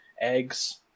eggs